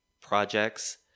projects